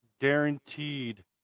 guaranteed